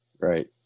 Right